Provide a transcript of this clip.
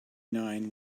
nine